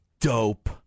dope